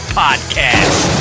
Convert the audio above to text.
podcast